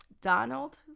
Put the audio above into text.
Donald